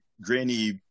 granny